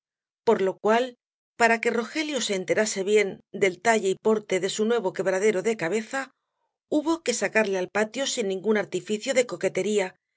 por lo cual para que rogelio se enterase bien del talle y porte de su nuevo quebradero de cabeza hubo que sacarle al patio sin ningún artificio de coquetería